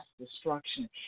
destruction